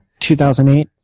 2008